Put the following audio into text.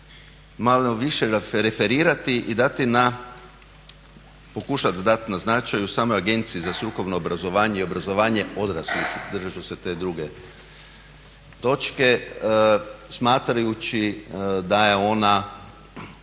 malo više referirati i dati na pokušati dati na značaju samoj Agenciji za strukovno obrazovanje i obrazovanje odraslih, držat ću se te druge točke, smatrajući da je ona